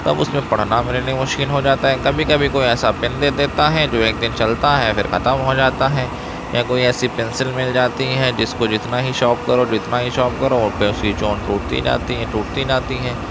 تب اس میں پڑھنا میرے لیے مشکل ہو جاتا ہے کبھی کبھی کوئی ایسا پین دے دیتا ہے جو ایک دن چلتا ہے پھر ختم ہو جاتا ہے یا کوئی ایسی پینسل مل جاتی ہے جس کو جتنا ہی شاپ کرو جتنا ہی شاپ کرو وہ تو سویچ آن ٹوٹتی جاتی ہے ٹوٹتی جاتی ہے